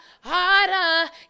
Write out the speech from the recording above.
harder